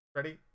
Ready